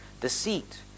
deceit